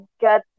got